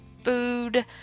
food